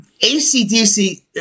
ACDC